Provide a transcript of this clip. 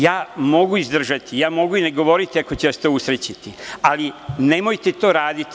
Ja mogu izdržati, ja mogu i ne govoriti, ako će vas to usrećiti, ali nemojte to raditi.